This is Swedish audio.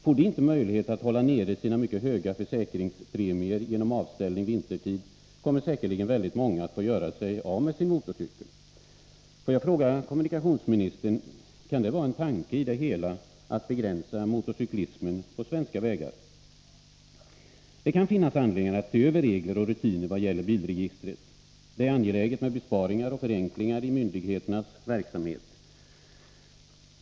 Får de inte möjlighet att hålla nere sina mycket höga försäkringspremier genom avställning vintertid, kommer säkerligen väldigt många att få göra sig av med sin motorcykel. Får jag fråga kommunikationsministern: Kan det vara en tanke i det hela att begränsa motorcyklismen på våra vägar? Det kan finnas anledningar att se över regler och rutiner vad gäller bilregistret. Det är angeläget med besparingar och förenklingar i myndigheternas verksamhet.